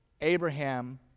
Abraham